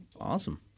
awesome